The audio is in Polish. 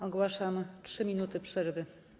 Ogłaszam 3 minuty przerwy.